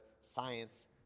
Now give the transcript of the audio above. science